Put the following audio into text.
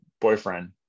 boyfriend